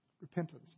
Repentance